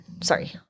Sorry